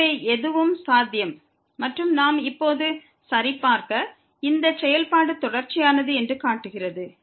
எனவே எதுவும் சாத்தியம் மற்றும் நாம் இப்போது சரிபார்க்க இந்த செயல்பாடு தொடர்ச்சியானது என்று காட்டுகிறது